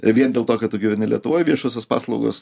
vien dėl to kad tu gyveni lietuvoj viešosios paslaugos